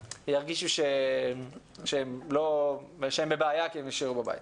ירגישו שהם בבעיה כי הם נשארו בבית.